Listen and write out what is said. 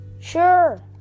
Sure